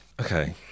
okay